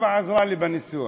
זהבה עזרה לי בניסוח.